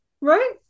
right